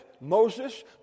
Moses